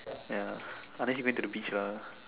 ya unless she went to the beach lah